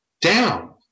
down